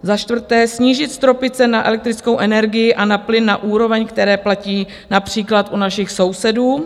Za čtvrté snížit stropy cen na elektrickou energii a na plyn na úroveň, které platí například u našich sousedů.